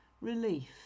relief